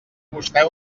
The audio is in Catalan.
vostè